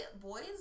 boys